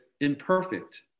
imperfect